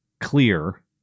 clear